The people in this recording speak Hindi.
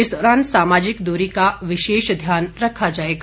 इस दौरान सामाजिक दूरी का विशेष ध्यान रखा जाएगा